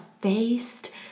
faced